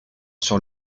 sur